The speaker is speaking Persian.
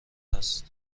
هست